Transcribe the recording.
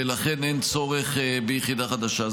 ולכן אין צורך ביחידה חדשה.